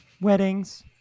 Weddings